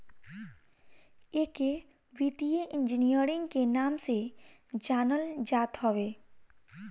एके वित्तीय इंजीनियरिंग के नाम से जानल जात हवे